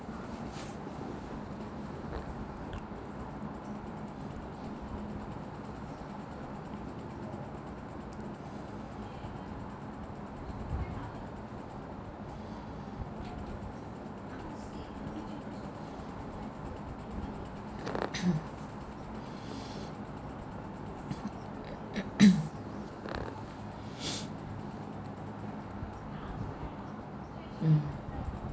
mm